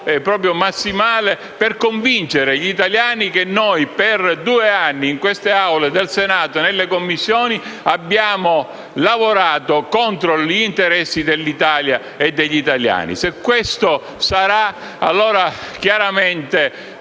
sforzo massimale per convincere gli italiani che noi per due anni, in quest'Aula del Senato e nelle Commissioni, abbiamo lavorato contro gli interessi dell'Italia e degli italiani. Se questo sarà, allora presidente